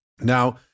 Now